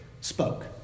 spoke